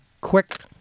quick